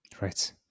Right